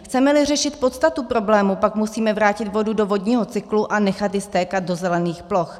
Chcemeli řešit podstatu problému, pak musíme vrátit vodu do vodního cyklu a nechat ji stékat do zelených ploch.